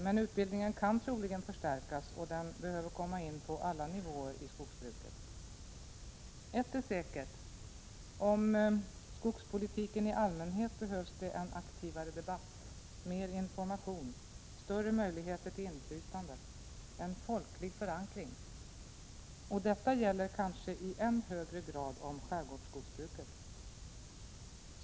Men utbildningen kan troligen förstärkas, och den behöver komma in på alla nivåer i skogsbruket. Ett är säkert: när det gäller skogspolitiken i allmänhet behövs en aktivare debatt, mer information, större möjligheter till inflytande och en folklig förankring. Detta gäller kanske i än högre grad skärgårdsskogsbruket.